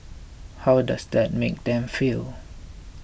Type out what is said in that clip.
how does that make them feel